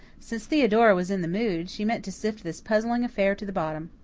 since theodora was in the mood, she meant to sift this puzzling affair to the bottom.